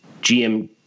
GM